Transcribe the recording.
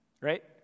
Right